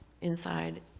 inside